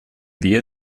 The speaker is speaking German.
wir